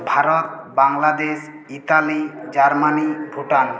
Bharat Bangladesh Italy Germany Bhutan